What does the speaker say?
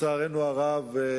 לצערנו הרב,